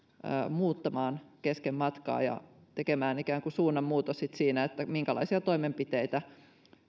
muuttamaan kesken matkaa ja tekemään ikään kuin suunnanmuutos sitten siinä minkälaisia toimenpiteitä